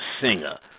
singer